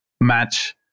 match